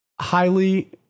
highly